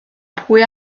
pwy